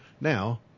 Now